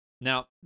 Now